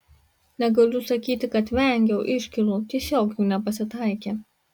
negaliu sakyti kad vengiau iškylų tiesiog jų nepasitaikė